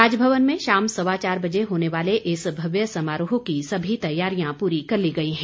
राजभवन में शाम सवा चार बजे होने वाले इस भव्य समारोह की सभी तैयारियां पूरी कर ली गई हैं